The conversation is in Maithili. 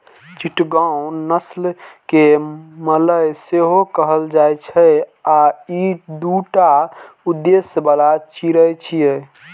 चिटगांव नस्ल कें मलय सेहो कहल जाइ छै आ ई दूटा उद्देश्य बला चिड़ै छियै